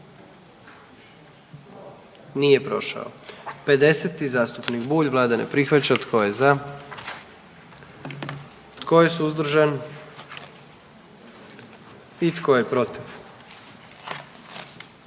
44. Kluba zastupnika SDP-a, vlada ne prihvaća. Tko je za? Tko je suzdržan? Tko je protiv?